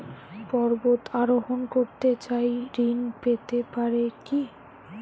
পর্বত আরোহণ করতে চাই ঋণ পেতে পারে কি?